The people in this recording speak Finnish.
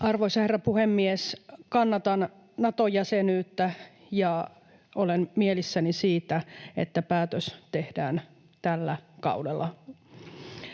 Arvoisa herra puhemies! Kannatan Nato-jäsenyyttä ja olen mielissäni siitä, että päätös tehdään tällä kaudella.